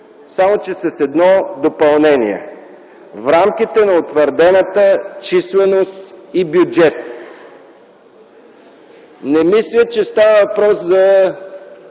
само че с едно допълнение: „в рамките на утвърдената численост и бюджет”. Не мисля, че става въпрос за